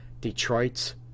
Detroit's